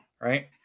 Right